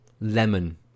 lemon